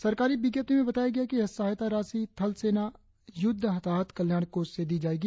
सरकारी विज्ञप्ति में बताया गया है कि यह सहायता राशि थल सेना युद्ध हताहत कल्याण कोष से दी जायेगी